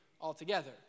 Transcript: altogether